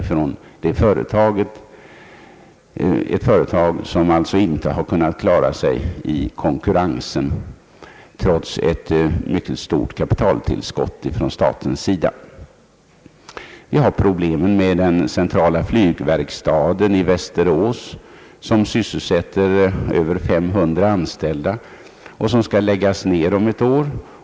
Här har vi alltså ett företag som inte har kunnat klara sig i konkurrensen trots ett mycket stort kapitaltillskott från staten. Vi har vidare pro Ang. näringspolitiken blem med den centrala flygverkstaden i Västerås som sysselsätter över 500 anställda och som skall läggas ned om ett år.